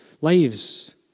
lives